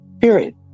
period